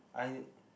I